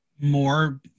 more